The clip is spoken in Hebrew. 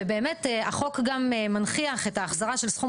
ובאמת החוק גם מנכיח את ההחזרה של סכום